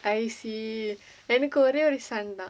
I see எனக்கு ஒரே ஒரு:enakku orae oru son தா:thaa